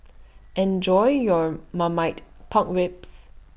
Enjoy your Marmite Pork Ribs